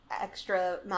extra